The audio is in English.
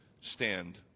Stand